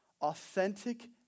Authentic